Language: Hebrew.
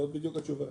זאת בדיוק התשובה.